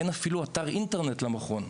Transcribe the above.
אין אפילו אתר אינטרנט למכון.